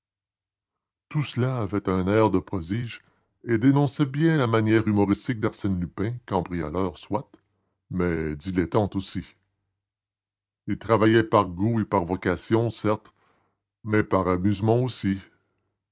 tout cela avait un air de prodige et dénonçait bien la manière humoristique d'arsène lupin cambrioleur soit mais dilettante aussi il travaillait par goût et par vocation certes mais par amusement aussi